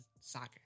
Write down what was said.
Soccer